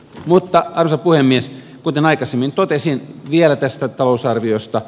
mutta arvoisa puhemies vielä tästä talousarviosta